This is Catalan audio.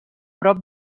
prop